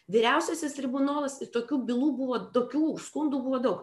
vyriausiasis tribunolas i tokių bylų buvo tokių skundų buvo daug